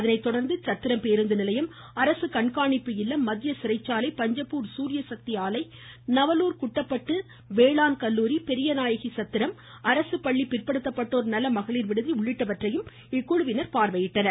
அதனைத்தொடா்ந்து சத்திரம் பேருந்து நிலையம் அரசு கண்காணிப்பு இல்லம் மத்திய சிறைச்சாலை பஞ்சப்பூர் சூரிய சக்தி ஆலை நவலூர் குட்டப்பட்டு வேளாண் கல்லூரி பெரியநாயகி சத்திரம் அரசு பள்ளி பிற்படுத்தப்பட்டோர் நல மகளிர் விடுதி உள்ளிட்டவந்றை இக்குழுவினர் ஆய்வு செய்து வருகின்றனர்